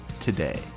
today